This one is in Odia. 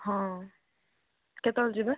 ହଁ କେତେବେଳେ ଯିବା